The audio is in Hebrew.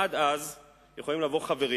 עד אז יכולים לבוא חברים,